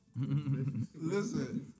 Listen